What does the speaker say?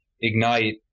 ignite